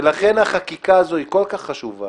ולכן החקיקה הזו היא כל כך חשובה,